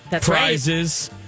prizes